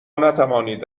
نتوانید